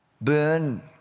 burn